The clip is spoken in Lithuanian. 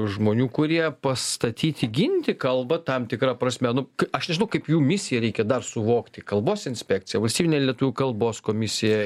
žmonių kurie pastatyti ginti kalbą tam tikra prasme nu aš nežinau kaip jų misiją reikia dar suvokti kalbos inspekcija valstybinė lietuvių kalbos komisija